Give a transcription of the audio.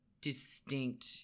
distinct